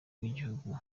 bw’igihugu